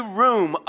room